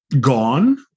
gone